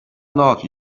love